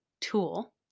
tool